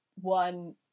one